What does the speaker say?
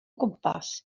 gwmpas